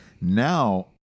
Now